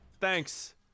Thanks